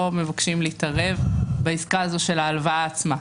מבקשים להתערב בעסקה של ההלוואה עצמה.